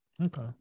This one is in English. Okay